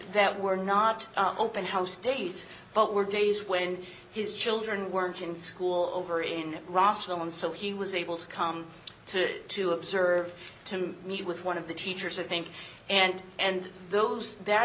that were not open house days but were days when his children were in school over in roswell and so he was able to come to to observe to meet with one of the teachers i think and and those that